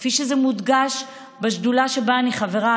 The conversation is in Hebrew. כפי שזה מודגש בשדולה שבה אני חברה,